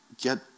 Get